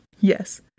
Yes